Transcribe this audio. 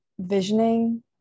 Visioning